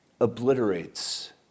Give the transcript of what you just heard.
obliterates